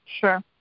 Sure